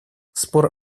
спор